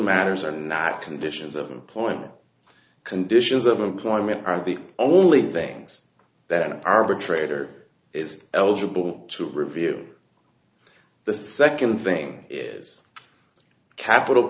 matters are not conditions of employment conditions of employment are the only things that an arbitrator is eligible to review the second thing is capit